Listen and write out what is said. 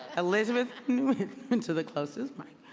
elizabeth went to the closest mic.